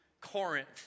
Corinth